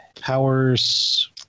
powers